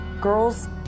girls